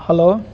hello